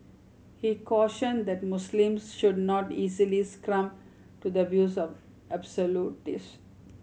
he cautioned that Muslims should not easily succumb to the views of absolutist